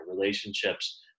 relationships